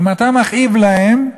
אם אתה מכאיב להם,